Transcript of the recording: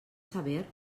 saber